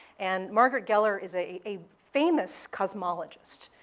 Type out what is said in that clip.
and margaret geller is a a famous cosmologist.